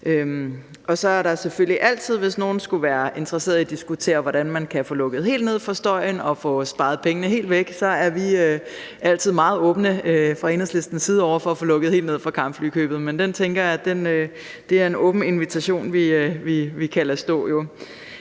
Så er det selvfølgelig altid sådan, hvis nogle skulle være interesserede i at diskutere, hvordan man kan få lukket helt ned for støjen og spare alle pengene, at vi fra Enhedslistens side er meget åbne for at få lukket helt ned for kampflykøbet, men det tænker jeg er en åben invitation, som vi kan lade stå.